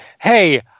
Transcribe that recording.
hey